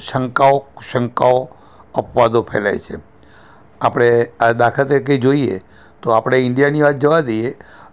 શંકાઓ કુશંકાઓ અપવાદો ફેલાય છે આપણે આ દાખલા તરીકે જોઈએ તો આપણે ઈન્ડિયાની વાત જવા દઈએ